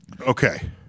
Okay